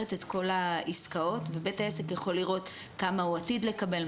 את כל העסקאות ובית העסק יכול לראות כמה הוא עתיד לקבל,